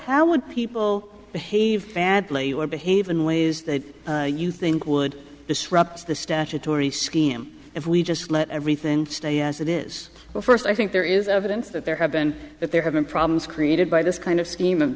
how would people behave badly or behave in ways that you think would disrupt the statutory scheme if we just let everything stay as it is well first i think there is evidence that there have been that there have been problems created by this kind of scheme